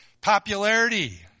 popularity